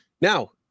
Now